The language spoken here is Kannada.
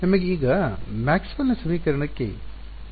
ನಮಗೆ ಈಗ ಮ್ಯಾಕ್ಸ್ವೆಲ್ನ ಸಮೀಕರಣಕ್ಕೆ ಪರಿಹಾರ ತಿಳಿದಿದೆ